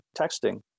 texting